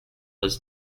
his